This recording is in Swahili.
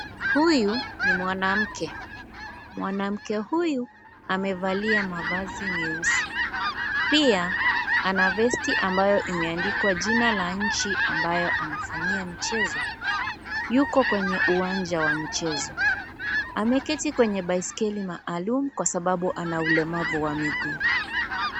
Huyu ni mwanamke mwanamke huyu amevalia mavazi meusi pia ana vesti ambayo imeandikwa jina la nchi ambayo anafanyia michezo yuko kwenye uwanja wa michezo ameketi kwenye baiskeli maalum kwa sababu ana ulemavu wa miguu.